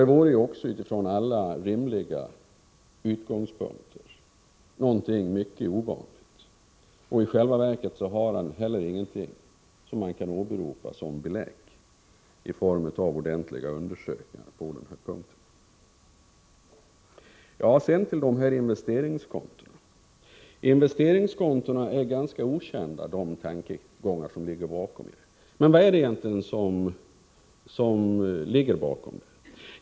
Det vore också utifrån alla rimliga utgångspunkter någonting förvånansvärt. I själva verket har han heller ingenting som han kan åberopa som belägg i form av ordentliga undersökningar på den här punkten. De tankegångar som ligger bakom investeringskontona är ganska okända. Vad är det egentligen som ligger bakom?